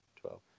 twelve